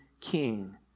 King